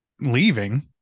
leaving